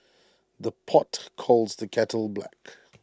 the pot calls the kettle black